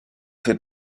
fait